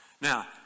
Now